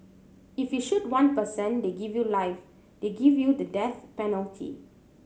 if you shoot one person they give you life they give you the death penalty